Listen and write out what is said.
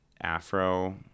afro